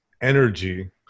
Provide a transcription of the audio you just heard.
energy